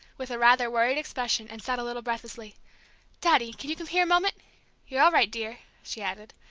with a rather worried expression, and said, a little breathlessly daddy, can you come here a moment you're all right, dear, she added,